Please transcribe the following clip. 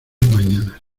mañanas